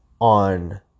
on